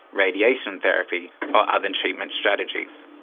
radiation therapy or other treatment strategies.